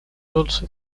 also